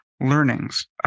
learnings